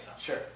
Sure